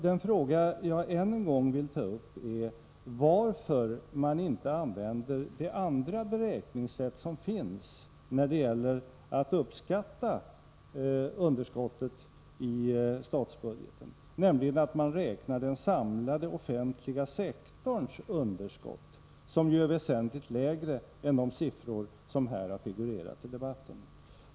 Den fråga jag än en gång vill ta upp är varför man inte använder det andra beräkningssätt som finns när det gäller att uppskatta underskottet i statsbudgeten, nämligen att man räknar den samlade offentliga sektorns underskott, som ju är väsentligt lägre än de siffror som här figurerat i debatten.